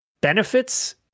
benefits